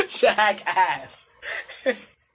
Jackass